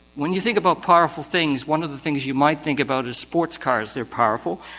when you think about powerful things, one of the things you might think about is sports cars, they are powerful,